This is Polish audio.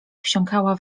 wsiąkała